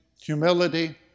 humility